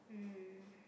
um